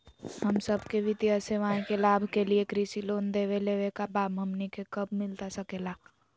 हम सबके वित्तीय सेवाएं के लाभ के लिए कृषि लोन देवे लेवे का बा, हमनी के कब मिलता सके ला?